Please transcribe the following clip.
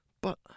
But